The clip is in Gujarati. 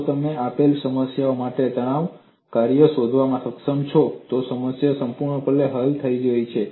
જો તમે આપેલ સમસ્યા માટે તણાવ કાર્ય શોધવા માટે સક્ષમ છો તો સમસ્યા સંપૂર્ણપણે હલ થઈ ગઈ છે